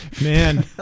Man